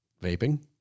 Vaping